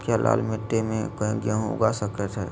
क्या लाल मिट्टी में गेंहु उगा स्केट है?